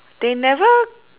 they never